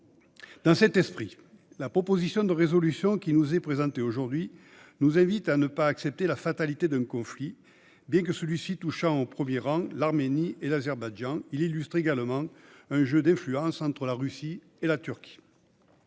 Dans cet esprit, la proposition de résolution qui nous est présentée aujourd'hui nous invite à ne pas accepter la fatalité d'un conflit qui, s'il touche au premier chef l'Arménie et l'Azerbaïdjan, résulte également d'un jeu d'influence entre la Russie et la Turquie.